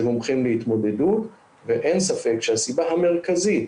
זה מומחים להתמודדות ואין ספק שהסיבה המרכזית